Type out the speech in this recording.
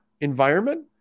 environment